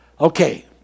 Okay